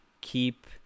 keep